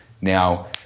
Now